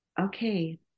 okay